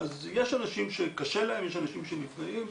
אז יש אנשים שקשה להם, יש אנשים שנפגעים.